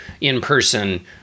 in-person